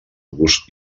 gust